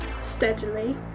steadily